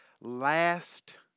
last